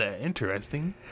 Interesting